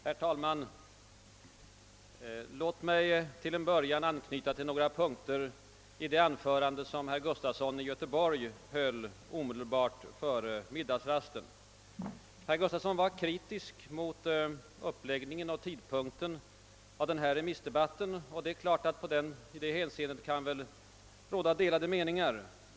Herr talman! Låt mig till en början anknyta till några punkter i det anförande som herr Gustafson i Göteborg höll före middagsrasten. Herr Gustafson var kritisk mot uppläggningen av och tidpunkten för denna remissdebatt. Och det är klart att i det hänseendet kan det råda delade meningar.